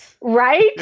Right